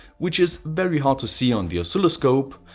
which is very hard to see on the oscilloscope,